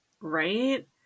right